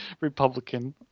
Republican